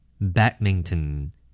badminton